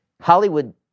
Hollywood